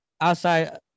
outside